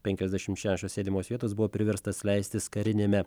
penkiasdešim šešios sėdimos vietos buvo priverstas leistis kariniame